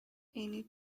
any